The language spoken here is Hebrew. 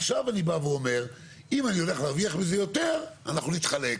עכשיו אני בא ואומר אם אני הולך להרוויח מזה יותר אנחנו נתחלק.